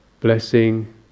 blessing